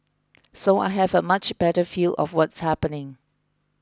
so I have a much better feel of what's happening